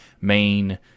main